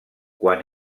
quan